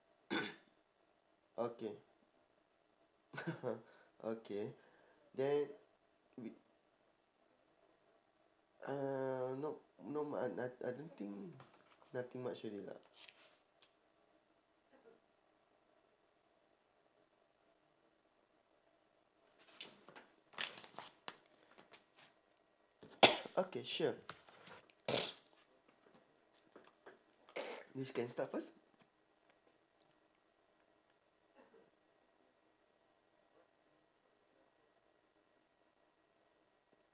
okay okay then mm uh nope not much I I I don't think nothing much already lah okay sure you can start first